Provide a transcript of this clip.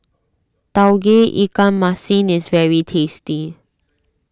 Tauge Ikan Masin is very tasty